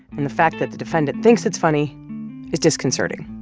and the fact that the defendant thinks it's funny is disconcerting.